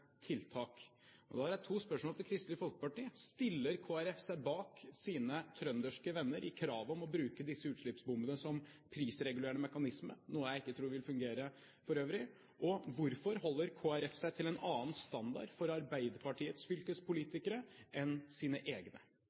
tiltak – til å stille to spørsmål: Stiller Kristelig Folkeparti seg bak sine trønderske venner i kravet om å bruke disse utslippsbombene som prisregulerende mekanismer, noe jeg for øvrig ikke tror vil fungere? Og hvorfor holder Kristelig Folkeparti seg til en annen standard for Arbeiderpartiets fylkespolitikere enn sine egne?